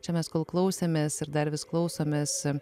čia mes klausėmės ir dar vis klausomės